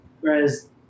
Whereas